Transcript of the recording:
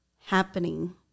happening